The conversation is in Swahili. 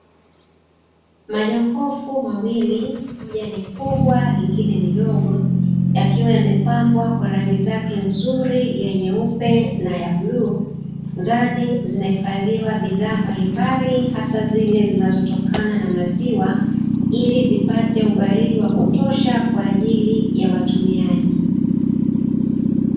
Majokofu mawili, moja ni kubwa lingine ni ndogo yakiwa yamepambwa kwa rangi zake nzuri ya nyeupe na ya blue. Ndani zinahifadhiwa bidhaa mbalimbali hasa zile zinazotokana na maziwa ili zipate ubaridi wa kutosha kwa ajili ya watumiaji.